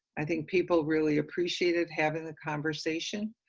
i think people really appreciated having the conversation.